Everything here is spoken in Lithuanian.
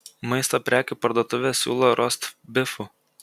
maisto prekių parduotuvė siūlo rostbifų